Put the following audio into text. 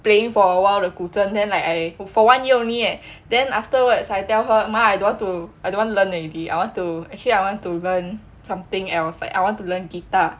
playing for awhile the 古筝 then like I for one year only leh then afterwards I tell her mah I don't want to I don't want learn already I want to actually I want to learn something else like I want to learn guitar